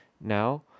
now